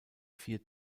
vier